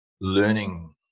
learning